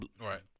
Right